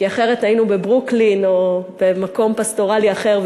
כי אחרת היינו בברוקלין או במקום פסטורלי אחר,